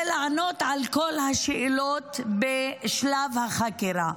ולענות על כל השאלות בשלב החקירה,